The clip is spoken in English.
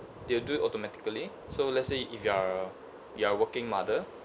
they'll do it automatically so let's say if you are you are working mother